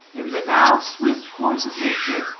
in the now swift course of nature,